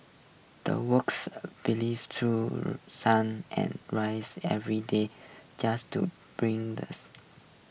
the workers believe through sun and raise every day just to bring the